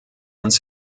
uns